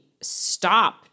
stop